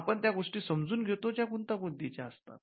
आपण त्या गोष्टी समजून घेतो ज्या गुंतागुंतीच्या असतात